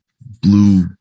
blue